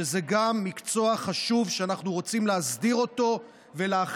שגם זה מקצוע חשוב שאנחנו רוצים להסדיר ולהכניס